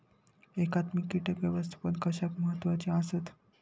एकात्मिक कीटक व्यवस्थापन कशाक महत्वाचे आसत?